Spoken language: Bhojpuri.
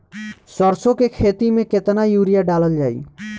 सरसों के खेती में केतना यूरिया डालल जाई?